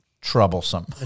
troublesome